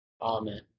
Amen